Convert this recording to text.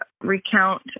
recount